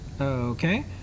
Okay